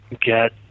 get